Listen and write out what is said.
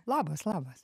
labas labas